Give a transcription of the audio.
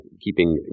keeping